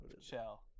Shell